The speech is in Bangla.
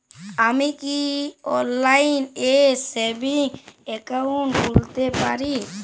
আমি কি অনলাইন এ সেভিংস অ্যাকাউন্ট খুলতে পারি?